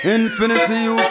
Infinity